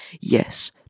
yes